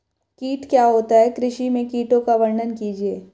कीट क्या होता है कृषि में कीटों का वर्णन कीजिए?